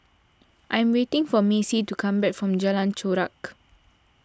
I am waiting for Macy to come back from Jalan Chorak